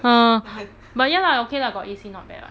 uh but ya lah okay lah got A_C not bad [what]